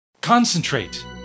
Concentrate